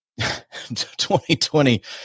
2020